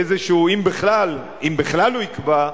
אם בכלל הוא יקבע,